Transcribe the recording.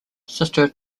sister